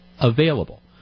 available